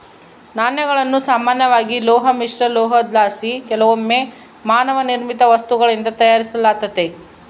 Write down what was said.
ನಾಣ್ಯಗಳನ್ನು ಸಾಮಾನ್ಯವಾಗಿ ಲೋಹ ಮಿಶ್ರಲೋಹುದ್ಲಾಸಿ ಕೆಲವೊಮ್ಮೆ ಮಾನವ ನಿರ್ಮಿತ ವಸ್ತುಗಳಿಂದ ತಯಾರಿಸಲಾತತೆ